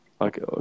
okay